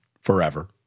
forever